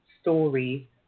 story